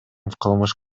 кылмыш